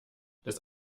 des